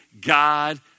God